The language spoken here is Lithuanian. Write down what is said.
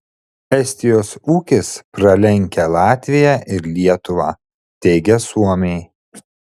estijos ūkis pralenkia latviją ir lietuvą teigia suomiai